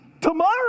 Tomorrow